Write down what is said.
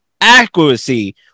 accuracy